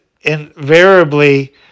invariably